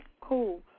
cool